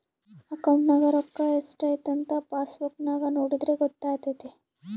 ಅಕೌಂಟ್ನಗ ರೋಕ್ಕಾ ಸ್ಟ್ರೈಥಂಥ ಪಾಸ್ಬುಕ್ ನಾಗ ನೋಡಿದ್ರೆ ಗೊತ್ತಾತೆತೆ